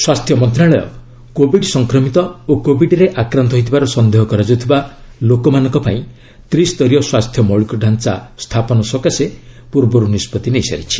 ସ୍ପାସ୍ଥ୍ୟ ମନ୍ତ୍ରଣାଳୟ କୋବିଡ୍ ସଂକ୍ରମିତ ଓ କୋବିଡ୍ରେ ଆକ୍ରାନ୍ତ ହୋଇଥିବାର ସନ୍ଦେହ କରାଯାଉଥିବା ଲୋକମାନଙ୍କ ପାଇଁ ତ୍ରିସ୍ତରୀୟ ସ୍ୱାସ୍ଥ୍ୟ ମୌଳିକ ଢାଞ୍ଚା ସ୍ଥାପନ ସକାଶେ ପୂର୍ବରୁ ନିଷ୍ପଭି ନେଇସାରିଛି